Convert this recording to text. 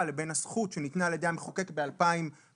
לבין הזכות שניתנה על ידי המחוקק ב-2006